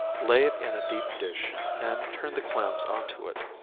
lay it in a deep dish, and turn the clams on to it.